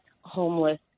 homeless